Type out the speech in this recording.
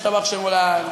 ישתבח שמו לעד.